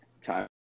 time